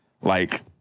like-